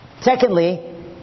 Secondly